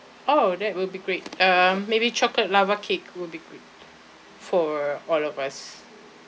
oh that will be great uh maybe chocolate lava cake will be good for all of us